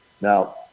Now